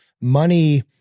money